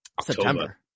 September